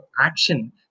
action